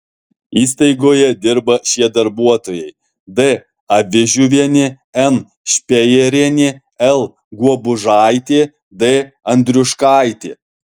įstaigoje dirba šie darbuotojai d avižiuvienė n špejerienė l guobužaitė d andriuškaitė